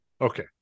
Okay